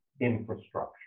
infrastructure